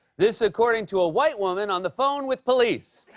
this according to a white woman on the phone with police.